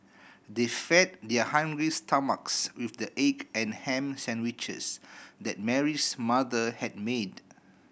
they fed their hungry stomachs with the egg and ham sandwiches that Mary's mother had made